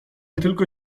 tylko